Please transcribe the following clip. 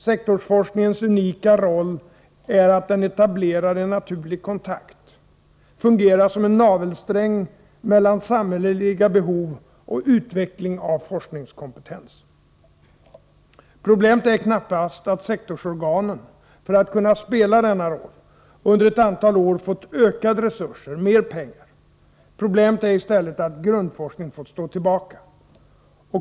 Sektorsforskningens unika roll är att den etablerar en naturlig kontakt, fungerar som en navelsträng, mellan samhälleliga behov och utveckling av forskningskompetens. Problemet är knappast att sektorsorganen, för att kunna spela denna roll, under ett antal år fått ökade resurser, mer pengar. Problemet är i stället att grundforskningen fått stå tillbaka.